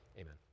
Amen